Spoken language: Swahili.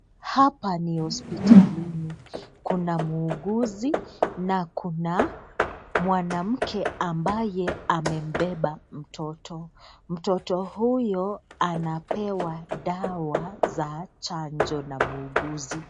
Hapa ni hospitalini kuna muuguzi na kuna mwanamke ambaye amembeba mtoto. Mtoto huyo anapewa dawa za chanjo na muuguzi.